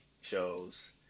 shows